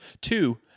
Two